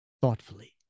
thoughtfully